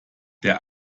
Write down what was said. der